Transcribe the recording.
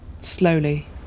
slowly